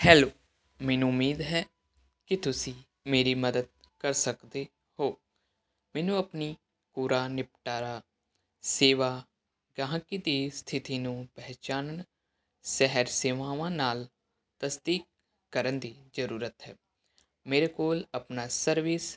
hello ਮੈਨੂੰ ਉਮੀਦ ਹੈ ਕਿ ਤੁਸੀਂ ਮੇਰੀ ਮਦਦ ਕਰ ਸਕਦੇ ਹੋ ਮੈਨੂੰ ਆਪਣੀ ਕੂੜਾ ਨਿਪਟਾਰਾ ਸੇਵਾ ਗਾਹਕੀ ਦੀ ਸਥਿਤੀ ਨੂੰ ਪਹਿਚਾਨਣ ਸ਼ਹਿਰ ਸੇਵਾਵਾਂ ਨਾਲ ਤਸਦੀਕ ਕਰਨ ਦੀ ਜ਼ਰੂਰਤ ਹੈ ਮੇਰੇ ਕੋਲ ਆਪਣਾ ਸਰਵਿਸ